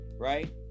Right